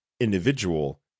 individual